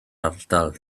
ardal